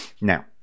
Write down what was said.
Now